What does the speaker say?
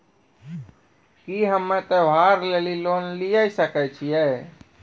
की हम्मय त्योहार लेली लोन लिये सकय छियै?